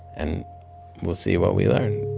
and we'll see what we learn